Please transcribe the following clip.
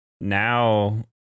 now